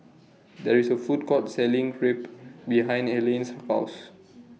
There IS A Food Court Selling Crepe behind Elayne's House